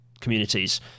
communities